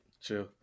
Chill